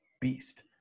beast